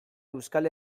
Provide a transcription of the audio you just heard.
euskal